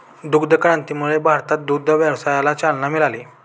दुग्ध क्रांतीमुळे भारतात दुग्ध व्यवसायाला चालना मिळाली